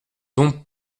donc